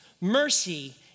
mercy